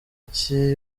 iki